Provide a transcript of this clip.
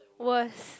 worst